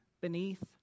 beneath